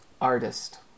artist